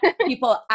people